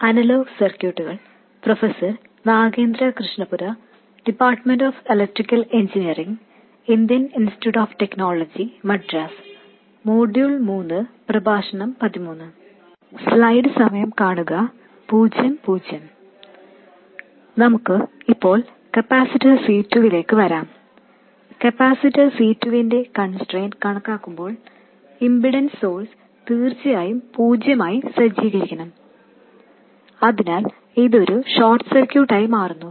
നമുക്ക് ഇപ്പോൾ കപ്പാസിറ്റർ C2ലേക്ക് വരാം2 കപ്പാസിറ്റർ C2 വിന്റെ കൻസ്ട്രെയിന്റ് കണക്കാക്കുമ്പോൾ ഇൻഡിപെൻഡൻറ് സോഴ്സ് തീർച്ചയായും പൂജ്യമായി സജ്ജീകരിച്ചിരിക്കണം അതിനാൽ ഇത് ഒരു ഷോർട്ട് സർക്യൂട്ട് ആയി മാറുന്നു